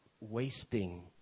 wasting